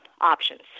options